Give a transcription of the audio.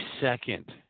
second